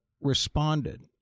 responded